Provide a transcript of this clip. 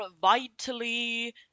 vitally